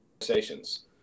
conversations